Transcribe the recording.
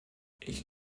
ich